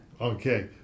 okay